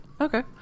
Okay